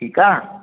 ठीकु आहे